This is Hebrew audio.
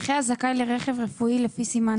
9לדרכב רפואי שיקומי נכה הזכאי לרכב רפואי לפי סימן